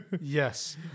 Yes